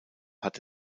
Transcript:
hat